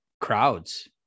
crowds